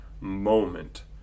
moment